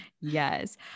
Yes